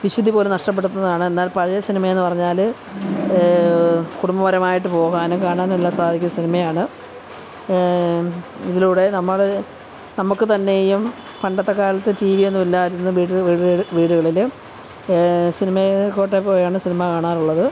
വിശുദ്ധി പോലും നഷ്ടപ്പെടുത്തുന്നതാണ് എന്നാൽ പഴയ സിനിമയെന്ന് പറഞ്ഞാൽ കുടുംബ പരമായിട്ട് പോകാനും കാണാനും എല്ലാം സാധിക്കുന്ന സിനിമയാണ് ഇതിലൂടെ നമ്മൾ നമ്മൾക്ക് തന്നെയും പണ്ടത്തെ കാലത്ത് ടീവീ ഒന്നുമില്ലായിരുന്നു വീട് വീടുകൾ വീടുകളിൽ സിനിമ കോട്ടയിൽ പോയാണ് സിനിമ കാണാറുള്ളത്